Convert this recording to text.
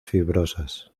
fibrosas